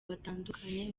batandukanye